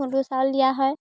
খুন্দো চাউল দিয়া হয়